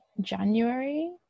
January